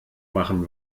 machen